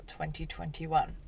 2021